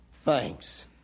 Thanks